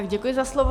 Děkuji za slovo.